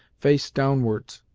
face downwards,